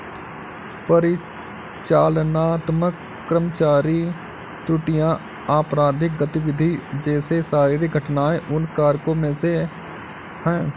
परिचालनात्मक कर्मचारी त्रुटियां, आपराधिक गतिविधि जैसे शारीरिक घटनाएं उन कारकों में से है